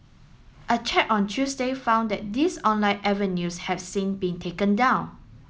a check on Tuesday found that these online avenues have since been taken down